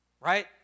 right